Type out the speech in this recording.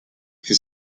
his